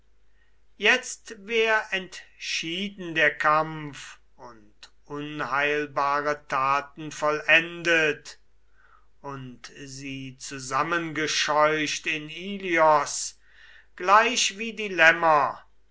jetzt wär entschieden der kampf und unheilbare taten vollendet und sie zusammengescheucht in ilios gleich wie die lämmer